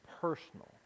personal